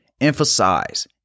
emphasize